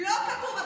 לא כתוב.